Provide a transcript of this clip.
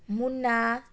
Munna